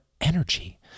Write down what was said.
energy